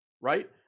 Right